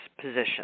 position